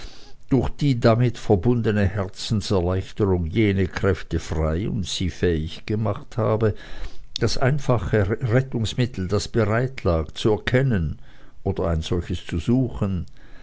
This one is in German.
durch die damit verbundene herzenserleichterung jene kräfte frei und sie fähig gemacht habe das einfache rettungsmittel das bereitlag zu erkennen oder ein solches zu suchen